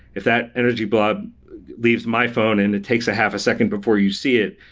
if that energy blob leaves my phone and it takes a half a second before you see it,